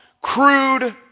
crude